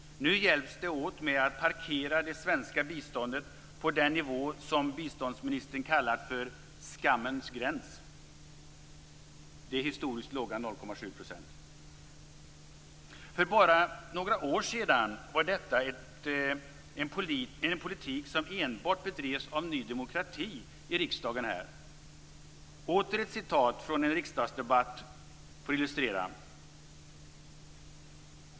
Nu hjälps de åt med att parkera det svenska biståndet på den nivå som biståndsministern kallat för skammens gräns - det historiskt låga 0,7 %. För bara några år sedan var detta en politik som enbart bedrevs av Ny demokrati här i riksdagen. Jag vill åter citera från en riksdagsdebatt för att illustrera.